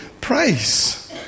price